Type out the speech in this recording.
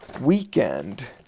weekend